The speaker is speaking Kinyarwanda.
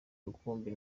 rukumbi